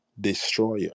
destroyer